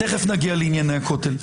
תכף נגיע לענייני הכותל.